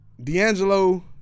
D'Angelo